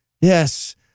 Yes